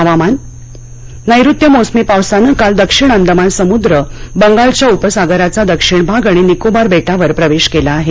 हवामान नैऋत्य मोसमी पावसानं काल दक्षिण अंदमान समुद्र बंगालच्या उपसागराचा दक्षिण भाग आणि निकोबार बेटावर प्रवेश केला आहे